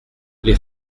les